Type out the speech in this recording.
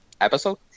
episode